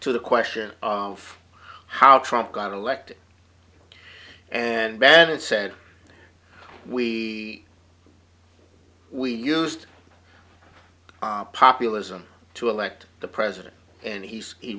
to the question of how trump got elected and bad and said we we used populism to elect the president and he's a